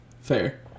Fair